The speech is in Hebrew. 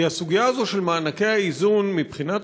כי הסוגיה הזאת של מענקי האיזון מבחינת